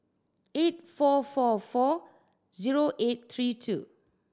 eight four four four zero eight three two